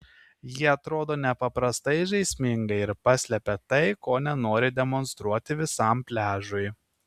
jie atrodo nepaprastai žaismingai ir paslepia tai ko nenori demonstruoti visam pliažui